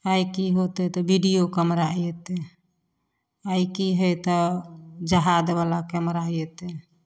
आइ कि होतै तऽ वीडिओ कैमरा अएतै आइकि हेतै तऽ जहाजवला कैमरा अएतै